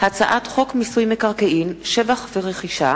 הצעת חוק מיסוי מקרקעין (שבח ורכישה)